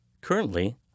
Currently